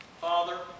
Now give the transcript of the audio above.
Father